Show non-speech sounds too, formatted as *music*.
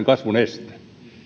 *unintelligible* kasvun este